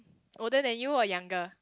older than you or younger